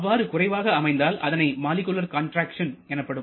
அவ்வாறு குறைவாக அமைந்தால் அதனை மாலிக்கூலர் கான்ராக்சன் எனப்படும்